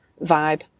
vibe